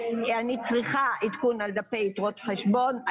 אני צריכה עדכון על יתרות חשבון,